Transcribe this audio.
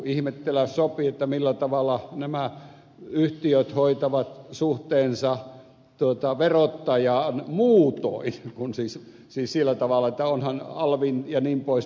ihmetellä sopii millä tavalla nämä yhtiöt hoitavat suhteensa verottajaan muutoin kuin siis sillä tavalla että onhan alvin jnp